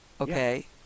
Okay